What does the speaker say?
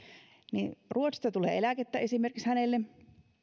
niin ruotsista tulee esimerkiksi eläkettä hänelle